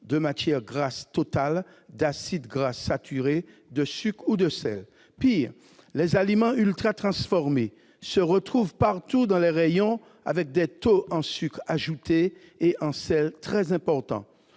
de matières grasses totales, d'acides gras saturés, de sucre ou de sel. Pis, les aliments ultratransformés se retrouvent partout dans les rayons, avec des taux en sucre ajouté et en sel très importants.